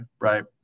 right